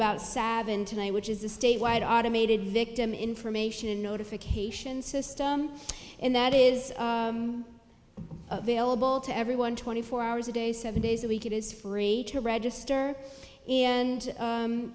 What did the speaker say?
about savin tonight which is a statewide automated victim information notification system and that is available to everyone twenty four hours a day seven days a week it is free to register and